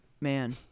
man